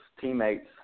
teammates